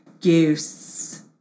Goose